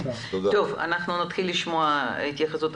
לפני שנתחיל לשמוע את ההתייחסויות,